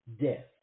death